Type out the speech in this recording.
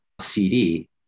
CD